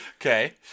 Okay